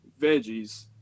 veggies